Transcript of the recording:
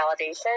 validation